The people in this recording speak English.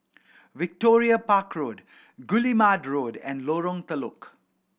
Victoria Park Road Guillemard Road and Lorong Telok